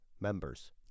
members